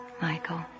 Michael